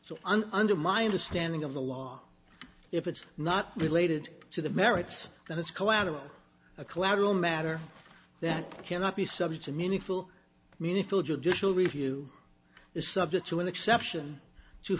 so under my understanding of the law if it's not related to the merits then it's collateral a collateral matter that cannot be subject to meaningful meaningful judicial review is subject to an exception to